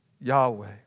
Yahweh